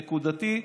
נקודתי,